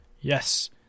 Yes